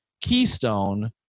Keystone